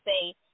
say